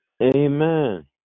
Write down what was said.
amen